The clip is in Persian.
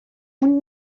اون